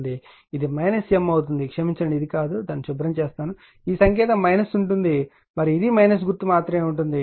ఇది M అవుతుంది క్షమించండి ఇది కాదు దాన్ని శుభ్రం చేస్తాను ఈ సంకేతం ఉంటుంది మరియు ఇది గుర్తు మాత్రమే ఉంటుంది